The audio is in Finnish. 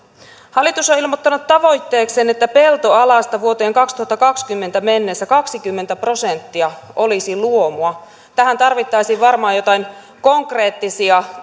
hallitus on ilmoittanut tavoitteekseen että peltoalasta vuoteen kaksituhattakaksikymmentä mennessä kaksikymmentä prosenttia olisi luomua tarvittaisiin varmaan jotain konkreettisia